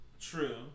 True